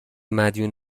مدیون